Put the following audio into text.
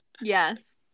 yes